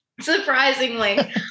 surprisingly